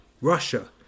Russia